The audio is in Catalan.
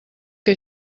que